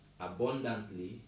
abundantly